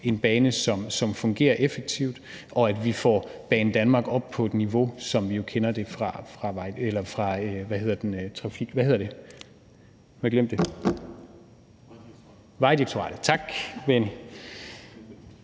en bane, som fungerer effektivt, og at vi får Banedanmark op på et niveau, som vi kender det fra ... hvad hedder det? Nu har jeg glemt det.